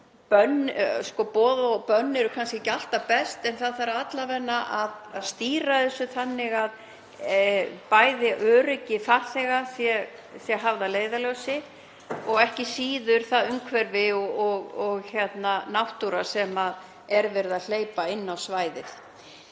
Boð og bönn eru kannski ekki alltaf best en það þarf alla vega að stýra þessu þannig að öryggi farþega sé haft að leiðarljósi og ekki síður umhverfi og náttúra sem er verið að hleypa fólki að.